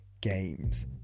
games